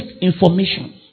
information